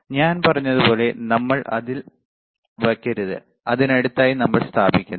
അതിനാൽ ഞാൻ പറഞ്ഞതുപോലെ നമ്മൾ അതിൽ വയ്ക്കരുത് അതിനടുത്തായി നമ്മൾ സ്ഥാപിക്കുന്നു